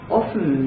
often